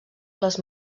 les